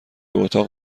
اتاق